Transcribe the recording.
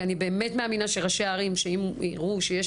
אני באמת מאמינה שאם ראשי ערים יראו שיש